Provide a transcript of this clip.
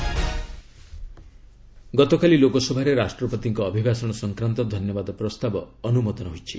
PM Lok Sabha ଗତକାଲି ଲୋକସଭାରେ ରାଷ୍ଟ୍ରପତିଙ୍କ ଅଭିଭାଷଣ ସଂକ୍ରାନ୍ତ ଧନ୍ୟବାଦ ପ୍ରସ୍ତାବ ଅନୁମୋଦନ ହୋଇଛି